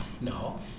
no